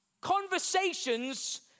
Conversations